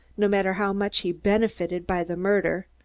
no matter how much he benefited by the murder,